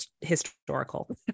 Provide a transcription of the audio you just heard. historical